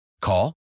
Call